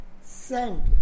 sent